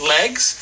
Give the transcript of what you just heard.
legs